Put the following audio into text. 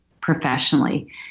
professionally